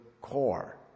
core